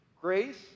grace